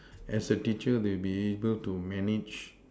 as a teacher will be able to manage